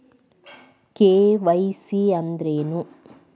KYC ಅಂದ್ರೇನು?